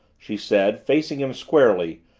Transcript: she said, facing him squarely,